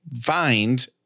find